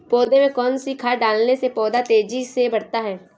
पौधे में कौन सी खाद डालने से पौधा तेजी से बढ़ता है?